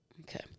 Okay